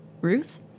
Ruth